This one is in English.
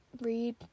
read